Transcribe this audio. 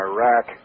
Iraq